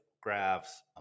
graphs